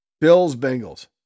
Bills-Bengals